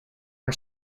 her